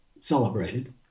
celebrated